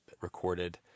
recorded